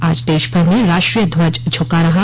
आज देशभर में राष्ट्रीय ध्वज झुका रहा